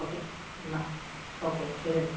okay എന്നാൽ okay ശരി എന്നാൽ